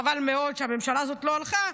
חבל מאוד שהממשלה הזאת לא הלכה.